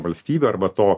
valstybė arba to